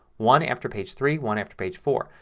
one after page three, one after page four.